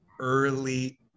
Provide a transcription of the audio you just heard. early